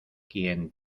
quien